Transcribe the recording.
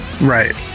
Right